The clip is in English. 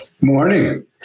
Morning